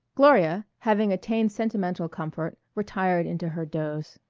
gloria, having attained sentimental comfort, retired into her doze.